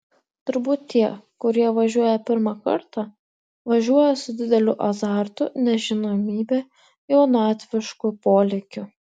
turbūt tie kurie važiuoja pirmą kartą važiuoja su dideliu azartu nežinomybe jaunatvišku polėkiu